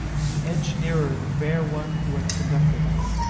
he edged nearer the fair one who had conducted us.